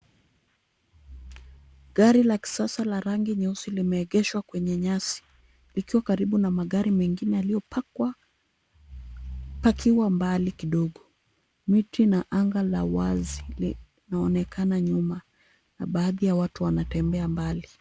Gari la kisasa la rangi nyeusi limeegeshwa kwenye nyasi. Likiwa karibu na magari mengine yaliopakiwa mbali kidogo. Miti na anga la wazi linaonekana nyuma na baadhi ya watu wanatembea mbali.